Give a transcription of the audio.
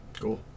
Cool